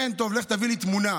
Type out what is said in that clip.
כן, טוב, לך תביא לי תמונה.